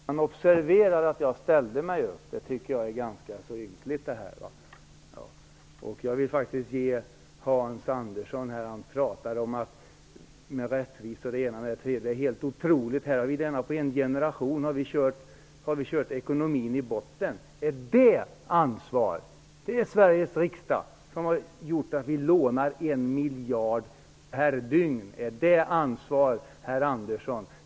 Herr talman! Jag ber om ursäkt att herr talmannen inte observerade att jag ställde mig upp! Det tycker jag är ganska så ynkligt! Hans Andersson pratade om rättvisa och det ena med det tredje. Det är helt otroligt. På en generation har vi kört ekonomin i botten. Är det ansvar? Det är Sveriges riksdag som har gjort att vi lånar en miljard per dygn. Är det ansvar, herr Andersson?